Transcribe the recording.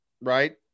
right